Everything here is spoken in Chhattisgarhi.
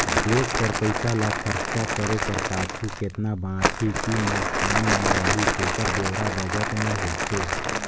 देस कर पइसा ल खरचा करे कर पाछू केतना बांचही कि नोसकान में रही तेकर ब्योरा बजट में होथे